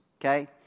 okay